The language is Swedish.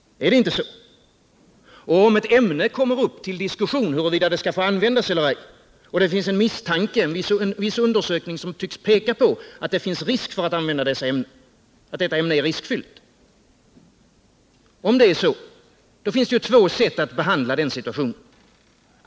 Är det inte så? Om det uppstår diskussion huruvida ett visst ämne får användas eller inte och om en undersökning pekar på att ämnet är riskfyllt att använda, då finns det två sätt att angripa situationen.